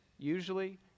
Usually